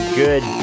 good